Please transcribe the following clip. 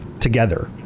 together